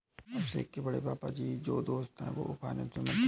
अभिषेक के बड़े पापा जी के जो दोस्त है वो फाइनेंस मंत्री है